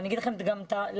ואומר לכם גם למה.